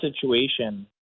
situation